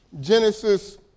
Genesis